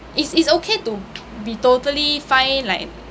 it's it's okay to be totally fine like